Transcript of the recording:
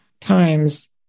times